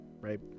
right